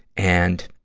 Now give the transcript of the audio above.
and,